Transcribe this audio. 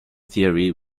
theory